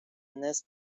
نصف